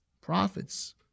prophets